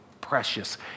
precious